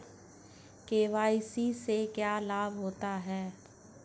KYC से क्या लाभ होता है?